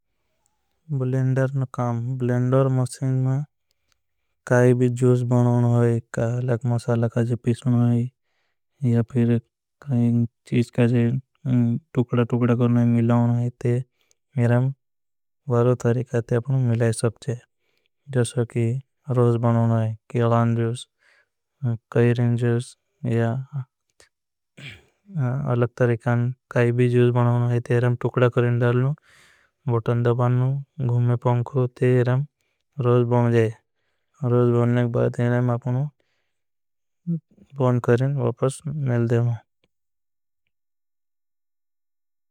बुलेंडर काम blender machine में काई भी जूस बनाओना होई। काई लग मसाला काई जे पीशना होई फिर काई चीज काई। जे तुकड़ा तुकड़ा करना है मिलाओना है ते इरं वारो तरीका। ते आपना मिलाई सकते है कि रोज बनाओना है केलान जूस। काई रिंज जूस या अलग तरीकान काई भी जूस बनाओना है। इरं तुकड़ा करने डालना है बुटन दबानना है घुमे पंखो ते इरं। रोज बन जाए रोज बनने के बाद इरं आपनों। बन करें वापरस मिल दें।